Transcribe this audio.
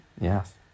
Yes